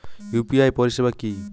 UPI পরিসেবা কি?